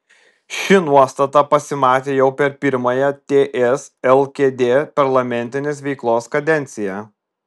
ši nuostata pasimatė jau per pirmąją ts lkd parlamentinės veiklos kadenciją